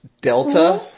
delta